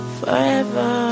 forever